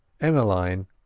Emmeline